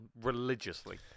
religiously